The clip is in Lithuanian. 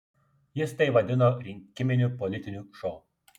jis tai vadino rinkiminiu politiniu šou